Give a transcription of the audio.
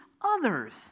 others